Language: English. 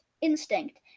instinct